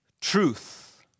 Truth